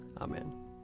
Amen